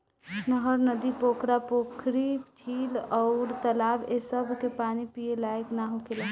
नहर, नदी, पोखरा, पोखरी, झील अउर तालाब ए सभ के पानी पिए लायक ना होखेला